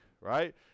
right